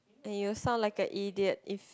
and you sounds like a idiot if